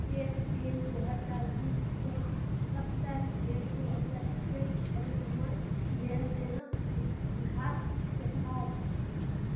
एक तीन दू हजार बीस सँ सताइस एक दू हजार एकैस धरि हमर लेनदेनक इतिहास देखाउ